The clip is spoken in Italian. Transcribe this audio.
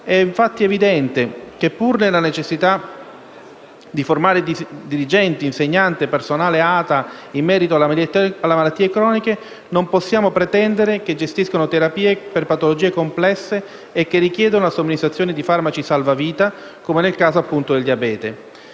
infatti, che, pur nella necessità di formare dirigenti, insegnanti e personale ATA in merito alle malattie croniche, non possiamo pretendere che gestiscano terapie per patologie complesse e che richiedono la somministrazione di farmaci salvavita, come nel caso, appunto, del diabete.